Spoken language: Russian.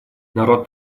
народ